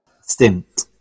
stint